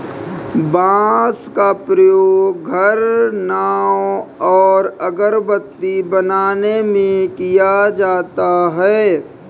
बांस का प्रयोग घर, नाव और अगरबत्ती बनाने में किया जाता है